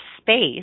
space